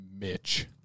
Mitch